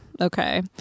Okay